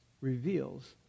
reveals